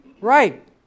Right